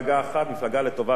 מפלגה לטובת העניין.